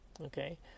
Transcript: okay